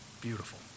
beautiful